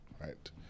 right